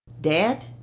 Dad